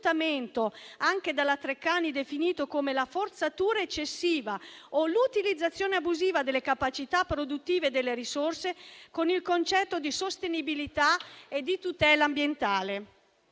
dalla Treccani definito come la forzatura eccessiva o l'utilizzazione abusiva delle capacità produttive delle risorse, con il concetto di sostenibilità e di tutela ambientale;